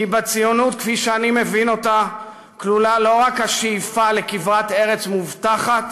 כי בציונות כפי שאני מבין אותה כלולה לא רק השאיפה לכברת ארץ מובטחת